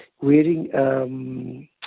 wearing